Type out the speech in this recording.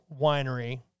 winery